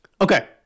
Okay